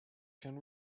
can